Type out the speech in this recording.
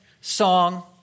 song